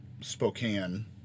Spokane